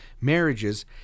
marriages